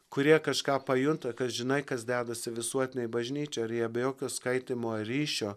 kurie kažką pajunta kad žinai kas dedasi visuotinėj bažnyčioj ir jie be jokios skaitymo ryšio